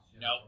No